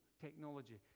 technology